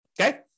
Okay